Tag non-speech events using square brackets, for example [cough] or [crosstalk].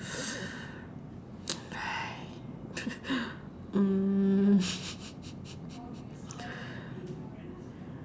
[noise] mm [laughs]